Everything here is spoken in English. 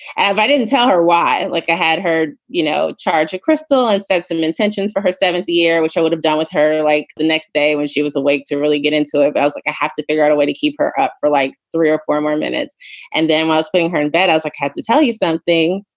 i didn't tell her why like i had heard, you know, charge a crystal and said some midsentence or her seventh year, which i would have done with her, like the next day when she was awake to really get into it. i was like, i have to figure out a way to keep her up for like three or four more minutes and then was putting her in bed as i kept to tell you something.